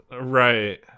Right